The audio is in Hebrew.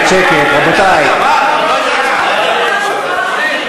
התשע"ד 2014, להצעה